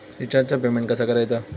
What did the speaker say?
रिचार्जचा पेमेंट कसा करायचा?